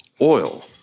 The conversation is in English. oil